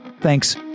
Thanks